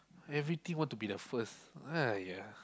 everything want to be the first !aiya!